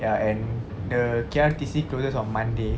ya and the K_R_T_C closes on monday